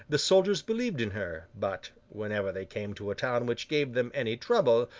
the soldiers believed in her but, whenever they came to a town which gave them any trouble,